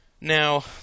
Now